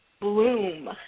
Bloom